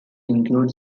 include